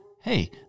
hey